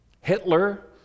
Hitler